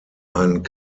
ein